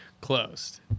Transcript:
closed